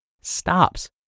stops